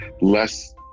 less